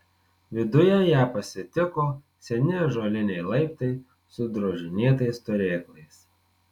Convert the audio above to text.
viduje ją pasitiko seni ąžuoliniai laiptai su drožinėtais turėklais